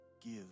Give